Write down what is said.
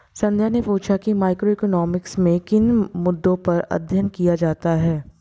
संध्या ने पूछा कि मैक्रोइकॉनॉमिक्स में किन मुद्दों पर अध्ययन किया जाता है